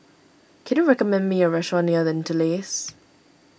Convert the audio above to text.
can you recommend me a restaurant near the interlace